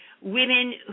Women